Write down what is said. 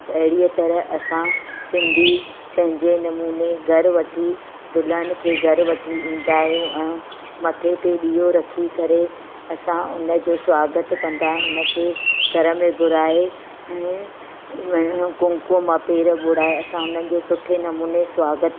अहिड़ी तरह असां सिंधी पंहिंजे नमूने घरु वठी दुल्हन खे घर वठी ईंदा आहियूं ऐं मथे ते ॾीओ रखी करे असां उन जो स्वागत कंदा आहियूं उन खे घर में घुराए ऐं कुमकुम मां पेर घुराए असां उन जो सुठे नमूने स्वागत